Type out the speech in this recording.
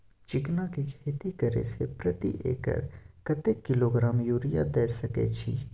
चिकना के खेती करे से प्रति एकर कतेक किलोग्राम यूरिया द सके छी?